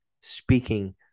speaking